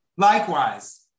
Likewise